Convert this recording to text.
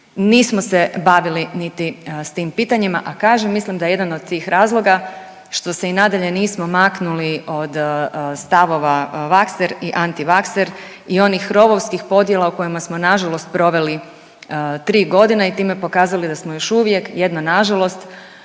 Nismo se bavili niti s tim pitanjima, a kažem mislim da je jedan od tih razloga što se i nadalje nismo maknuli od stavova vakser i antivakser i onih rovovskih podjela u kojima smo nažalost proveli tri godine i time pokazali da smo još uvijek jedna nažalost